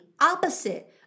opposite